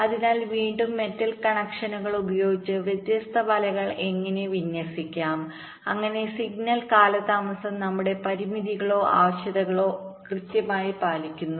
അതിനാൽ വീണ്ടും മെറ്റൽ കണക്ഷനുകൾ ഉപയോഗിച്ച് വ്യത്യസ്ത വലകൾ എങ്ങനെ വിന്യസിക്കാം അങ്ങനെ സിഗ്നൽ കാലതാമസം നമ്മുടെ പരിമിതികളോ ആവശ്യകതകളോ കൃത്യമായി പാലിക്കുന്നു